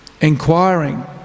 inquiring